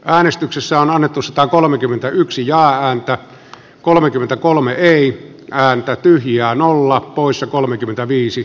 äänestyksessä on annettu satakolmekymmentäyksi ja jo kolmekymmentäkolme ei aiota kylkiään olla poissa kolmekymmentäviisi